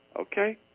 Okay